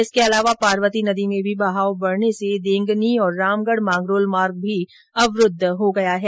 इसके अलावा पार्वती नदी में भी बहाव बढने से देंगनी और रामगढ मांगरोल मार्ग भी अवरूद्व हो गया है